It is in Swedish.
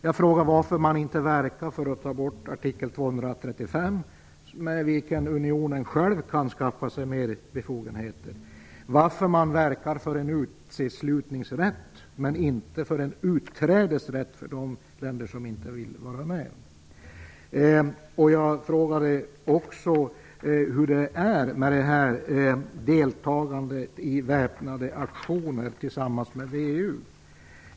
Jag frågade varför man inte verkar för att ta bort artikel 235 med vilken unionen själv kan skaffa sig mer befogenheter och varför man verkar för en uteslutningsrätt men inte för en utträdesrätt för de länder som inte vill vara med. Jag frågade också hur det är med deltagandet i väpnade aktioner tillsammans med VEU.